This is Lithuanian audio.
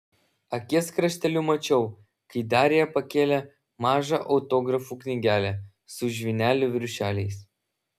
akies krašteliu mačiau kai darija pakėlė mažą autografų knygelę su žvynelių viršeliais